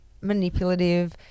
manipulative